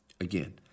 Again